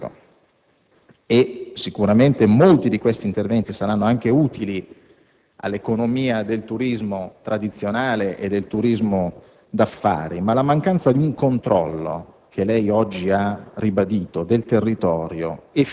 ma altrettanto imponenti sulle sponde del lago. Sicuramente, molti di questi interventi saranno anche utili all'economia del turismo tradizionale e d'affari, ma ammetto che mi allarma